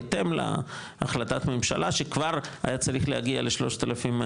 בהתאם להחלטת ממשלה שכבר היה צריך להגיע ל-3,100,